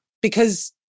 because-